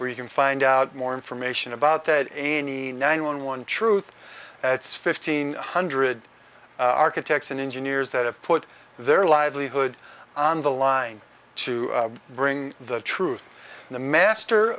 where you can find out more information about that eighty nine one one truth that's fifteen hundred architects and engineers that have put their livelihood on the line to bring the truth the master